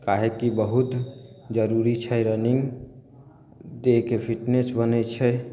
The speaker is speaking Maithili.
काहेकि बहुत जरुरी छै रन्निंग देहके फिटनेस बनय छै